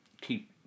Keep